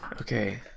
Okay